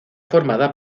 formada